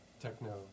techno